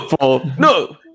No